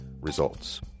results